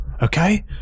okay